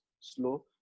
slow